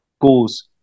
goals